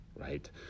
right